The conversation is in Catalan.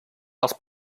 els